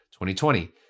2020